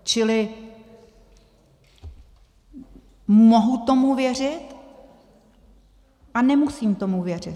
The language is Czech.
Čili mohu tomu věřit, a nemusím tomu věřit.